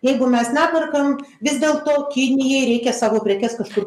jeigu mes neperkam vis dėlto kinijai reikia savo prekes kažkur